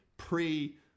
pre